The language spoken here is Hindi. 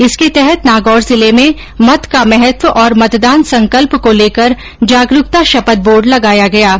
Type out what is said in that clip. इसके तहत नागौर जिले में मत का महत्व और मतदान संकल्प को लेकर जागरूकता शपथ बोर्ड लगाया गया है